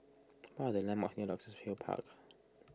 what are the landmarks near Luxus Hill Park